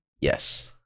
Yes